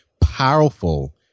powerful